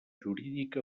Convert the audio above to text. jurídica